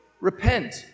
Repent